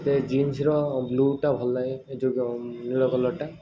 ମୋତେ ଜିନ୍ସର ବ୍ଲୁଟା ଭଲ୍ ଲାଗେ ଏ ଯେଉଁ କ'ଣ ନୀଳ କଲର୍ଟା